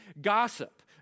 gossip